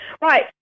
Right